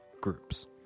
groups